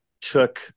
took